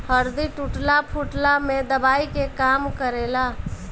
हरदी टूटला फुटला में दवाई के काम करेला